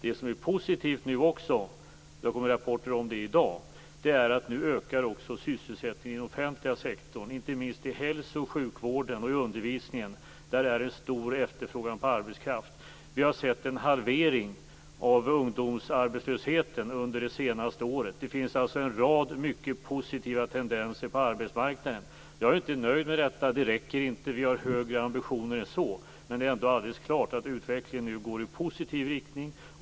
Vad som är positivt - det har kommit rapporter om det i dag - är att sysselsättningen nu ökar också i den offentliga sektorn. Inte minst inom hälso och sjukvård och inom undervisning är det stor efterfrågan på arbetskraft. Vi har sett en halvering av ungdomsarbetslösheten under det senaste året. Det finns en rad mycket positiva tendenser på arbetsmarknaden. Jag är inte nöjd med detta. Det räcker inte. Vi har högre ambitioner än så. Men det är ändå alldeles klart att utvecklingen nu går i positiv riktning.